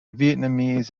vietnamese